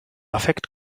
affekt